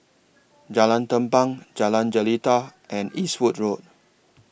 Jalan Tampang Jalan Jelita and Eastwood Road